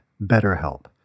BetterHelp